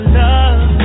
love